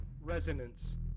resonance